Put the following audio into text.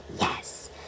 Yes